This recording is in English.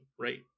right